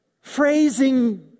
phrasing